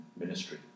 ministry